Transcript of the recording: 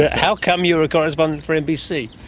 how come you were a correspondent for nbc?